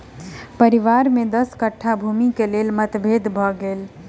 परिवार में दस कट्ठा भूमिक लेल मतभेद भ गेल